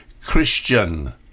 Christian